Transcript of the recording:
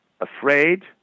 afraid